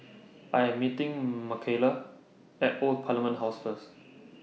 I Am meeting Michaela At Old Parliament House First